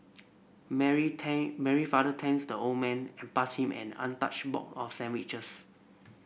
Mary thank Mary father thanks the old man and passed him an untouched box of sandwiches